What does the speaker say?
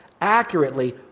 accurately